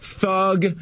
thug